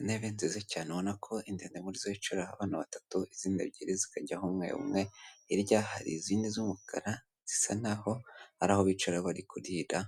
Intebe nziza cyane ubona ko indende muri zo yicaraho abantu ba tatu izindi ebyiri zikajyaho umwe umwe, hirya hari izindi z'umukara zisa naho ari aho bicara bari kurira,